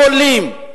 עולים.